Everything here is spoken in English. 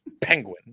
Penguin